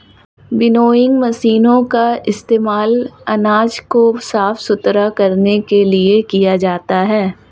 winnowing मशीनों का इस्तेमाल अनाज को साफ सुथरा करने के लिए किया जाता है